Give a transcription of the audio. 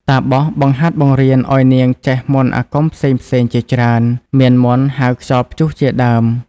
តាបស បង្ហាត់បង្រៀនឱ្យនាងចេះមន្តអាគមផ្សេងៗជាច្រើន មានមន្តហៅខ្យល់ព្យុះជាដើម ។